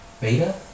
Beta